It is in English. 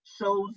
Shows